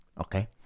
okay